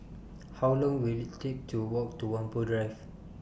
How Long Will IT Take to Walk to Whampoa Drive